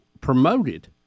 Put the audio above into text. promoted